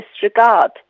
disregard